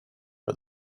but